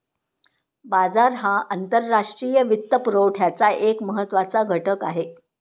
बाजार हा आंतरराष्ट्रीय वित्तपुरवठ्याचा एक महत्त्वाचा घटक आहे